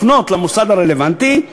לפנות למוסד הרלוונטי.